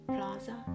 Plaza